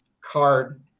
card